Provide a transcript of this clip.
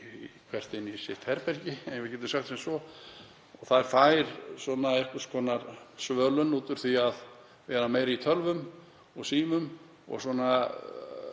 hvert inn í sitt herbergi ef við getum sagt sem svo. Það fær einhvers konar svölun út úr því að vera meira í tölvum og símum og því